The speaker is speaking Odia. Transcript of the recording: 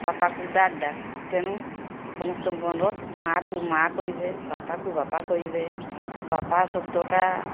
ବାପାକୁ ଡାଡ଼୍ ଡାକ ତେଣୁ ସମସ୍ତଙ୍କୁ ଅନୁରୋଧ ମା'କୁ ମା' କହିବେ ବାପାକୁ ବାପା କହିବେ ବାପା ଶବ୍ଦଟା